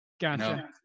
gotcha